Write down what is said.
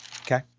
okay